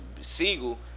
Siegel